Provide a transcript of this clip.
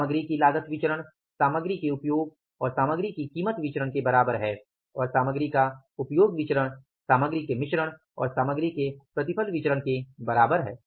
सामग्री की लागत विचरण सामग्री के उपयोग और सामग्री की कीमत विचरण के बराबर है और सामग्री का उपयोग सामग्री के मिश्रण और सामग्री के प्रतिफल विचरण के बराबर है